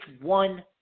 one